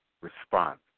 response